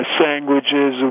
sandwiches